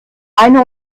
eine